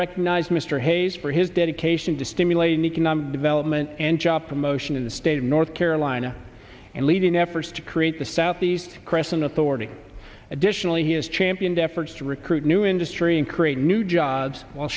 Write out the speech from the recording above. recognize mr hayes for his dedication to stimulate economic development and job promotion in the state of north carolina and leading efforts to create the southeast crescent authority additionally he has championed efforts to recruit new industry and create new jobs w